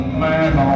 man